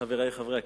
חברי חברי הכנסת,